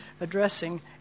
addressing